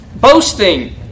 Boasting